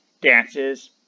dances